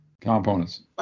components